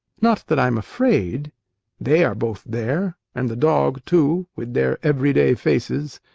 not that i'm afraid they are both there, and the dog too, with their everyday faces.